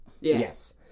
Yes